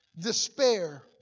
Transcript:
despair